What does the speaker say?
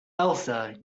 elsa